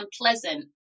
unpleasant